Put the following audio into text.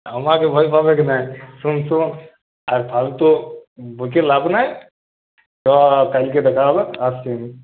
আমাকে ভয় পাবে নাই শোন শোন আর ফালতু বকে লাভ নাই চ কালকে দেখা হবে আসছি আমি